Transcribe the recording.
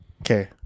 Okay